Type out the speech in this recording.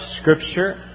Scripture